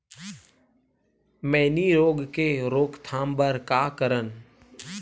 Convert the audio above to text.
मैनी रोग के रोक थाम बर का करन?